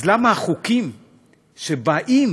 אז למה החוקים שבאים